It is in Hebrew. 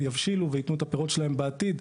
יבשילו ויתנו את הפירות שלהם בעתיד,